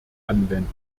anwenden